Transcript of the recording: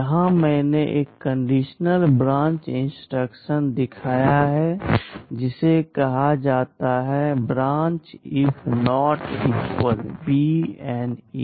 यहाँ मैंने एक कंडीशनल ब्रांच इंस्ट्रक्शन दिखाया है जिसे कहा जाता है Branch if Not Equal